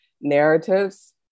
narratives